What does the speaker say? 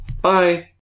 bye